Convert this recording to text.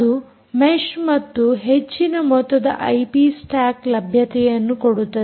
ಅದು ಮೆಷ್ ಮತ್ತು ಹೆಚ್ಚಿನ ಮೊತ್ತದ ಐಪಿ ಸ್ಟಾಕ್ ಲಭ್ಯತೆಯನ್ನು ಕೊಡುತ್ತದೆ